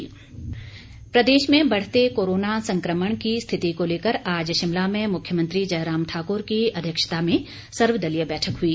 सर्वदलीय बैठक प्रदेश में बढ़ते कोरोना संकमण की स्थिति को लेकर आज शिमला में मुख्यमंत्री जयराम ठाक्र की अध्यक्षता में सर्वदलीय बैठक हुई